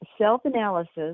Self-analysis